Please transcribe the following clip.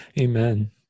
Amen